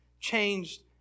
changed